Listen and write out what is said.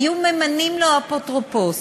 היו ממנים לו אפוטרופוס